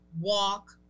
walk